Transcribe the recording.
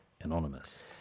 Anonymous